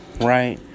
right